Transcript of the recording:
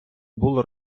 було